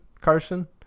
Carson